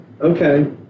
okay